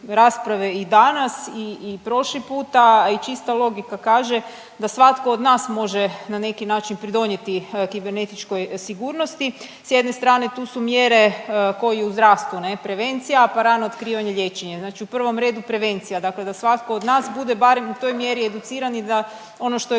i danas i prošli puta, a i čista logika kaže da svatko od nas može na neki način pridonijeti kibernetičkoj sigurnosti. S jedne strane tu su mjere ko i u zdravstvu ne, prevencija pa rano otkrivanje liječenja, znači u prvom redu prevencija dakle da svatko od nas bude barem u toj mjeri educiran i da ono što je